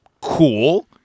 cool